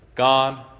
God